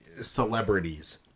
celebrities